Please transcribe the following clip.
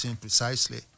precisely